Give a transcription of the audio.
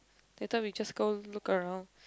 later we just go look around